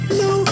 no